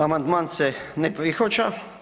Amandman se ne prihvaća.